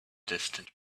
distant